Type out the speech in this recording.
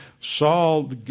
Saul